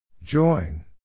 Join